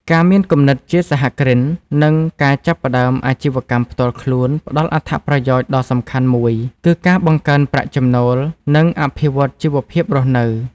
ការមានគំនិតជាសហគ្រិន និងការចាប់ផ្តើមអាជីវកម្មផ្ទាល់ខ្លួនផ្តល់អត្ថប្រយោជន៍ដ៏សំខាន់មួយគឺ ការបង្កើនប្រាក់ចំណូល និងអភិវឌ្ឍន៍ជីវភាពរស់នៅ។